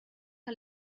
que